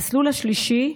המסלול השלישי,